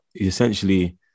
essentially